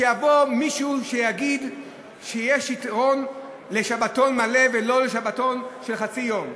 שיבוא מישהו שיגיד שיש יתרון לשבתון מלא ולא לשבתון של חצי יום.